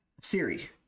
Siri